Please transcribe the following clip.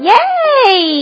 Yay